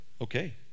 Okay